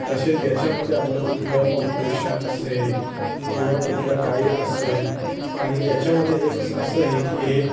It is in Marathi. तसे याच्यामधे आपलं कुठलं ऑपरेशन असेल किंवा कुठलं काही असेल आणि याच्यामधे एक असं हे की हे